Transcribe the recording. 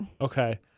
Okay